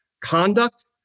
conduct